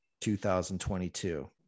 2022